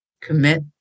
commit